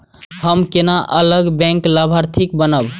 हम केना अलग बैंक लाभार्थी बनब?